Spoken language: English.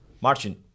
martin